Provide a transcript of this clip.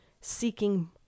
seeking